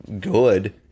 good